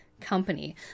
company